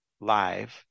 live